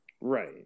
Right